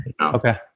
Okay